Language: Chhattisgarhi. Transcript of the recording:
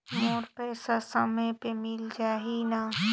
मोर पइसा समय पे मिल जाही न?